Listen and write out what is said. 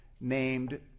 named